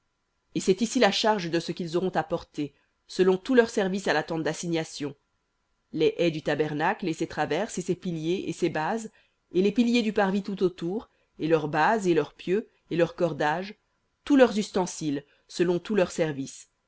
et c'est ici la charge de ce qu'ils auront à porter selon tout leur service à la tente d'assignation les ais du tabernacle et ses traverses et ses piliers et ses bases et les piliers du parvis tout autour et leurs bases et leurs pieux et leurs cordages tous leurs ustensiles selon tout leur service